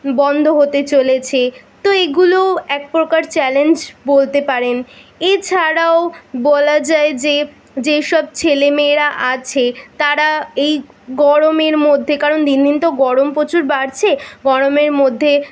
বন্ধ হতে চলেছে তো এগুলো একপ্রকার চ্যালেঞ্জ বলতে পারেন এছাড়াও বলা যায় যে যেসব ছেলে মেয়েরা আছে তারা এই গরমের মধ্যে কারণ দিন দিন তো গরম প্রচুর বাড়ছে গরমের মধ্যে